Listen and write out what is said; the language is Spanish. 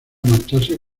marcharse